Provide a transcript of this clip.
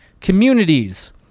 communities